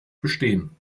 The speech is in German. bestehen